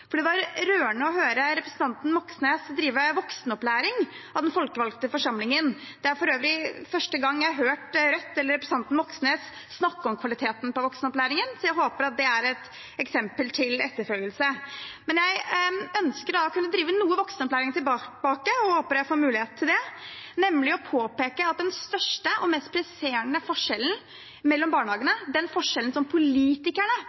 Det var rørende å høre representanten Moxnes drive voksenopplæring av den folkevalgte forsamlingen. Det er for øvrig første gang jeg har hørt Rødt eller representanten Moxnes snakke om kvaliteten på voksenopplæringen, så jeg håper at det er et eksempel til etterfølgelse. Men jeg ønsker å kunne drive noe voksenopplæring tilbake, og håper jeg får mulighet til det, nemlig å påpeke den største og mest presserende forskjellen mellom barnehagene – den forskjellen som politikerne